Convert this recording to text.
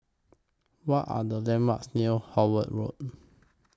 What Are The landmarks near Howard Road